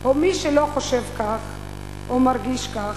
או מי שלא חושב כך או מרגיש כך,